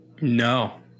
No